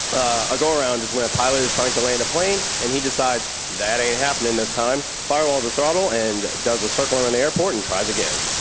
a go around is when a pilot is trying to land a plane and he decides that ain't happenin' this time, firewalls the throttle and does a circle around the airport and tries again.